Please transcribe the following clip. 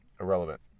irrelevant